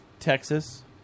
texas